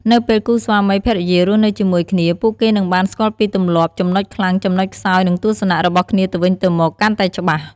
នៅពេលគូស្វាមីភរិយារស់នៅជាមួយគ្នា ពួកគេនឹងបានស្គាល់ពីទម្លាប់ ចំណុចខ្លាំង ចំណុចខ្សោយ និងទស្សនៈរបស់គ្នាទៅវិញទៅមកកាន់តែច្បាស់។